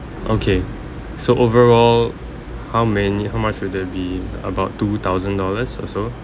okay so overall how many how much should that be about two thousand dollars or so